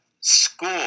school